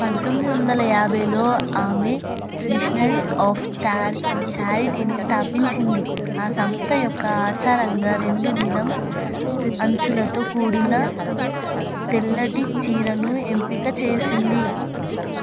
పంతొమ్మిది వందల యాభైలో ఆమె మిషనరీస్ ఆఫ్ ఛా ఛారిటీని స్థాపించింది ఆ సంస్థ యొక్క ఆచారంగా రెండు నీలం అంచులతో కూడిన తెల్లటి చీరను ఎంపిక చేసింది